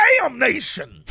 damnation